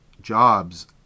jobs